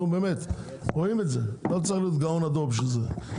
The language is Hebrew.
לא צריך להיות גאון כדי לראות את זה.